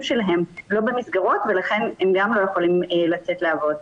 שלהם לא במסגרות ולכן הם גם לא יכולים לצאת לעבוד.